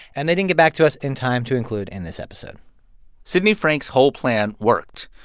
and they didn't get back to us in time to include in this episode sidney frank's whole plan worked.